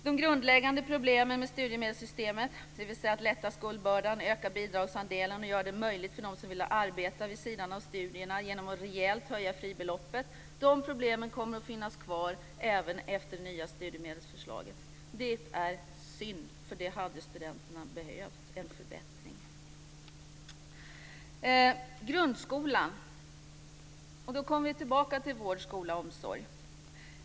De grundläggande problemen med studiemedelssystemet, dvs. att lätta skuldbördan, öka bidragsandelen och göra det möjligt för dem som vill att arbeta vid sidan av studierna genom att rejält höja fribeloppet, kommer att finnas kvar även med det nya studiemedelsförslaget. Det är synd, för studenterna hade behövt en förbättring. Så vill jag tala om grundskolan, och då kommer vi tillbaka till vård, skola och omsorg.